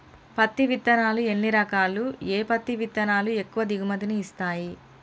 పత్తి విత్తనాలు ఎన్ని రకాలు, ఏ పత్తి విత్తనాలు ఎక్కువ దిగుమతి ని ఇస్తాయి?